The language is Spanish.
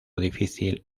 difícil